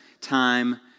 time